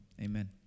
Amen